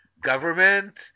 government